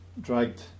dragged